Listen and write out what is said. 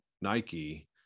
Nike